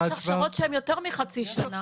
יש הכשרות שהן יותר מחצי שנה.